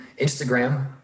Instagram